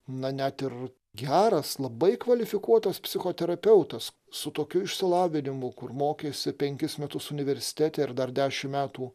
na net ir geras labai kvalifikuotas psichoterapeutas su tokiu išsilavinimu kur mokėsi penkis metus universitete ir dar dešim metų